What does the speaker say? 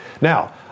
Now